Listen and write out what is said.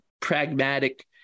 pragmatic